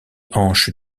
hanches